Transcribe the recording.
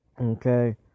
okay